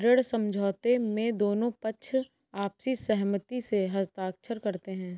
ऋण समझौते में दोनों पक्ष आपसी सहमति से हस्ताक्षर करते हैं